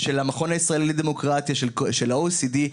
של המכון הישראלי לדמוקרטיה ושל ה-OECD,